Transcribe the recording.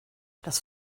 das